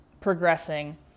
progressing